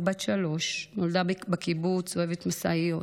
רק בת שלוש, נולדה בקיבוץ, אוהבת משאיות,